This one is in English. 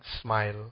smile